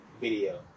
video